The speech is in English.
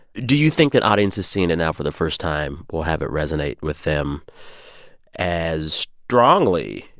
do you think that audiences seeing it now for the first time will have it resonate with them as strongly?